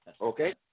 okay